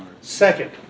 Second